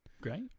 Great